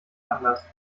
anders